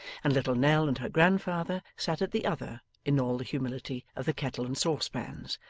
and little nell and her grandfather sat at the other in all the humility of the kettle and saucepans,